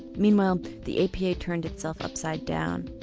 meanwhile the apa turned itself upside down.